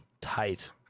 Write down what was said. Tight